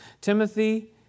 Timothy